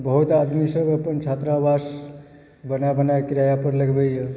बहुत आदमी सब अपन छात्रावास बना बनाके किराआ पर लगबैए